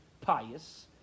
Pious